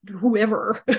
whoever